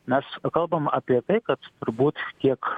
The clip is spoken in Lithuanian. mes kalbam apie tai kad turbūt tiek